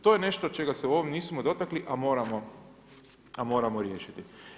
To je nešto čega se u ovom nismo dotakli a moramo riješiti.